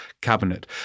cabinet